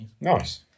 Nice